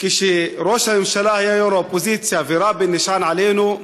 כשראש הממשלה היה יושב-ראש האופוזיציה ורבין נשען עלינו,